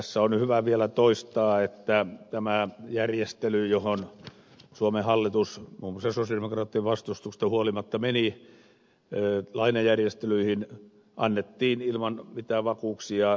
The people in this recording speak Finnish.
tässä on hyvä vielä toistaa että suomen hallitus muun muassa sosialidemokraattien vastustuksesta huolimatta meni lainajärjestelyihin ilman mitään vakuuksia